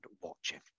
watching